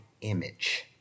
image